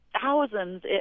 thousands